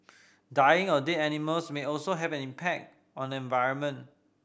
dying or dead animals may also have an impact on environment